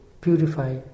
purify